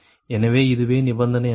எனவே இதுவே நிபந்தனை ஆகும்